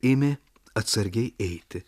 ėmė atsargiai eiti